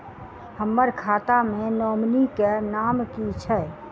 हम्मर खाता मे नॉमनी केँ नाम की छैय